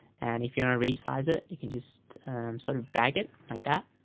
and if you want to resize it, you can just sort of drag it. like that